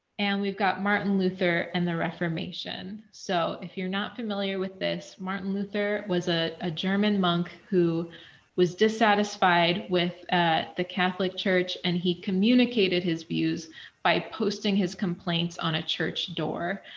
and we've got martin luther and the reformation. so, if you're not familiar with this martin luther was ah a german monk who was dissatisfied with the catholic church and he communicated his views by posting his complaints on a church door.